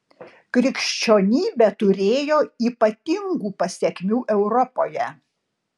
krikščionybė turėjo ypatingų pasekmių europoje